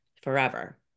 forever